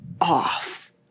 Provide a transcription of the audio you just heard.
off